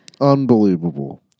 Unbelievable